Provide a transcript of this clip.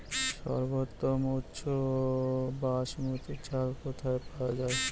সর্বোওম উচ্চ বাসমতী চাল কোথায় পওয়া যাবে?